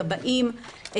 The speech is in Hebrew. גבאים,